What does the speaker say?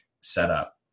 setup